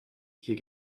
hier